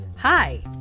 Hi